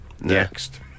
Next